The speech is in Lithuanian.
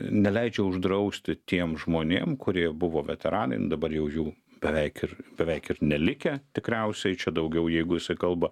neleidžia uždrausti tiem žmonėm kurie buvo veteranai dabar jau jų beveik ir beveik ir nelikę tikriausiai čia daugiau jeigu jisai kalba